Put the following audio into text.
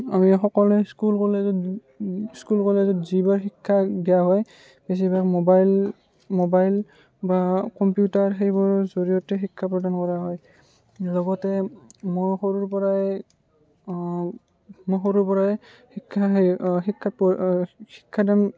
আমি সকলোৱে স্কুল কলেজত স্কুল কলেজত যিবোৰ শিক্ষা দিয়া হয় বেছিভাগ ম'বাইল ম'বাইল বা কম্পিউটাৰ সেইবোৰৰ জৰিয়তে শিক্ষা প্ৰদান কৰা হয় লগতে মোৰ সৰুৰ পৰাই মোৰ সৰুৰ পৰাই শিক্ষা সেই শিক্ষাত প শিক্ষাদান